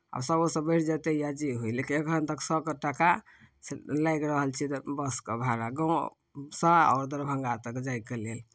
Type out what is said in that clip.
आब सएओसँ बढ़ि जेतै या जे होय लेकिन एखन तक सएके टाका से लागि रहल छै बसके भाड़ा गाँवसँ आओर दरभंगा तक जायके लेल